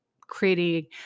creating